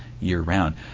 year-round